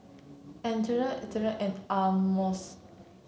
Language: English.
and Amos